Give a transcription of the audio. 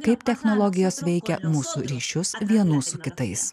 kaip technologijos veikia mūsų ryšius vienų su kitais